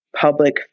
public